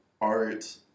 art